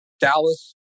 Dallas